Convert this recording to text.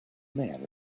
man